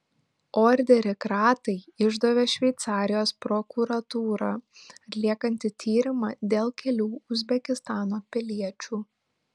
orderį kratai išdavė šveicarijos prokuratūra atliekanti tyrimą dėl kelių uzbekistano piliečių